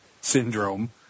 syndrome